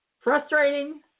frustrating